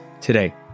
today